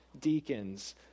deacons